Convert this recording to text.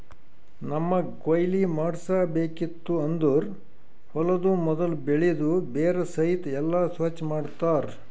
ನಮ್ಮಗ್ ಕೊಯ್ಲಿ ಮಾಡ್ಸಬೇಕಿತ್ತು ಅಂದುರ್ ಹೊಲದು ಮೊದುಲ್ ಬೆಳಿದು ಬೇರ ಸಹಿತ್ ಎಲ್ಲಾ ಸ್ವಚ್ ಮಾಡ್ತರ್